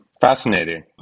Fascinating